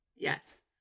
Yes